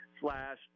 slash